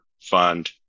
fund